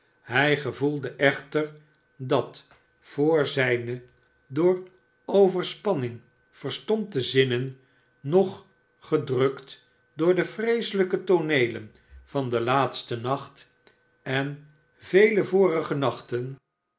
hi gevoelde echter dat voor zijne door overspanmng verstompte zmnen nog gedrukt door de vreeselijke tooneelen van den laatsten nacnt en vele vorige nachten